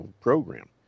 program